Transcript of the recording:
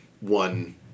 one